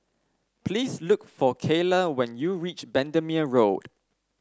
please look for Keyla when you reach Bendemeer Road